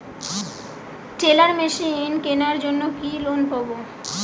Teller machine কেনার জন্য কি লোন পাব?